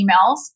emails